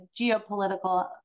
geopolitical